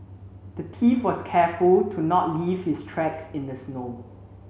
the thief was careful to not leave his tracks in the snow